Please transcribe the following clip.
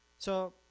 so